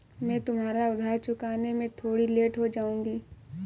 मैं तुम्हारा उधार चुकाने में थोड़ी लेट हो जाऊँगी